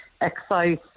excise